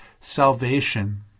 salvation